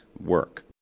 work